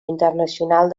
internacional